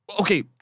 Okay